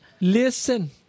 Listen